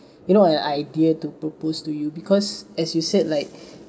you know an idea to propose to you because as you said like